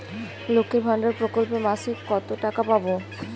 লক্ষ্মীর ভান্ডার প্রকল্পে মাসিক কত টাকা পাব?